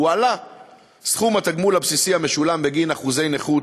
הועלה סכום התגמול הבסיסי המשולם בגין אחוזי נכות